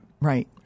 Right